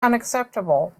unacceptable